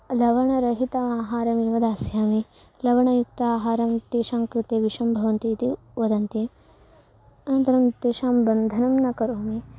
लवणरहितम् आहारमेव दास्यामि लवणयुक्तम् आहारं तेषां कृते विषं भवन्ति इति वदन्ति अनन्तरं तेषां बन्धनं न करोमि